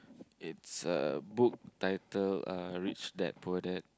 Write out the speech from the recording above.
it's a book titled uh Rich Dad Poor Dad